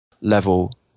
level